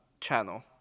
channel